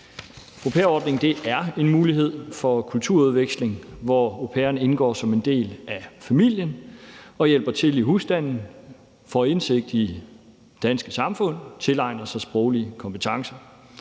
Au pair-ordningen giver mulighed for kulturudveksling, hvor au pairen indgår som en del af familien, hjælper til i husstanden, får indsigt i det danske samfund og tilegner sig sproglige kompetencer.